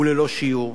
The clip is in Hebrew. וללא שיור.